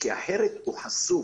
כי אחרת הוא חשוף.